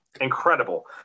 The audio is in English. incredible